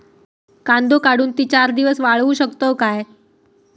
कांदो काढुन ती चार दिवस वाळऊ शकतव काय?